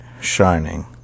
shining